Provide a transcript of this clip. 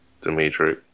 Dimitri